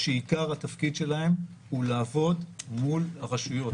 שעיקר התפקיד שלהם הוא לעבוד מול הרשויות.